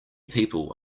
people